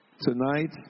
tonight